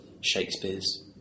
Shakespeare's